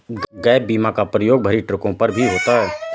gap बीमा का प्रयोग भरी ट्रकों पर भी होता है